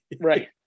right